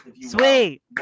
Sweet